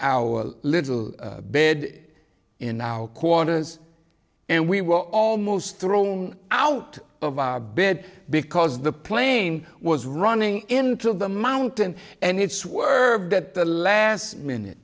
our little bed in our quarters and we were almost thrown out of our bed because the plane was running into the mountain and it swerved at the last minute